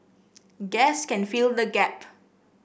gas can fill the gap